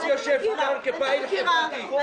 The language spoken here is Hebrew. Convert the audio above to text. מיקי,